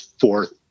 fourth